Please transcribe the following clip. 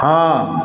हॅं